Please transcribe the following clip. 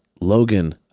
logan